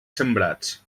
sembrats